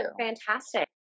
Fantastic